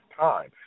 time